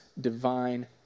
divine